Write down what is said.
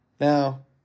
Now